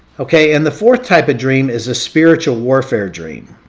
okay, and the fourth type of dream is a spiritual warfare dream.